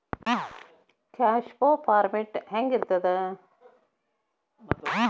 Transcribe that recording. Cash flow format ಹೆಂಗಿರ್ತದ?